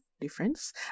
difference